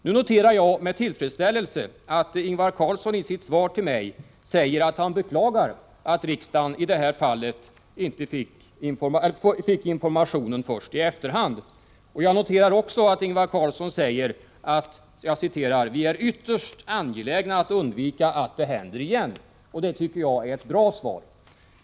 Nu noterar jag med tillfredsställelse att Ingvar Carlsson i sitt svar säger: ”Vi beklagar att riksdagen i detta fall fick information först i efterhand.” Jag noterar att Ingvar Carlsson också säger: ”Vi är ytterst angelägna att undvika att det händer igen.” Jag tycker att detta är ett bra svar.